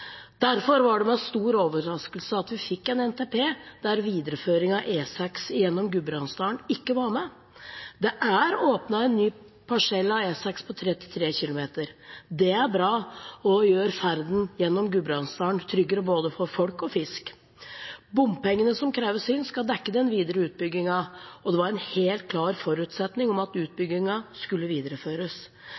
Derfor var det med stor overraskelse vi fikk en NTP der videreføring av E6 gjennom Gudbrandsdalen ikke var med. Det er åpnet en ny parsell av E6 på 33 km. Det er bra og gjør ferden gjennom Gudbrandsdalen tryggere både for folk og for fisk. Bompengene som kreves inn, skal dekke den videre utbyggingen, og det var en helt klar forutsetning at utbyggingen skulle videreføres.